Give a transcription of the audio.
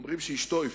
אומרים שאשתו הבטיחה,